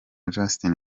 justin